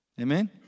Amen